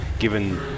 given